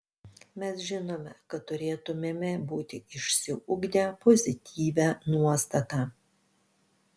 mes žinome kad turėtumėme būti išsiugdę pozityvią nuostatą